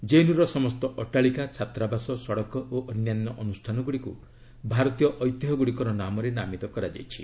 କେଏନ୍ୟୁର ସମସ୍ତ ଅଟ୍ଟାଳିକା ଛାତ୍ରାବାସ ସଡ଼କ ଓ ଅନ୍ୟାନ୍ୟ ଅନୁଷ୍ଠାନଗୁଡ଼ିକୁ ଭାରତୀୟ ଐତିହ୍ୟ ଗୁଡ଼ିକର ନାମରେ ନାମିତ କରାଯାଇଛି